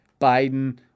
Biden